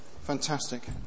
fantastic